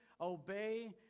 obey